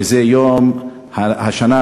שזה יום השנה,